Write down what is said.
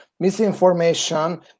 Misinformation